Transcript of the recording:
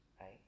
right